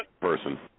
person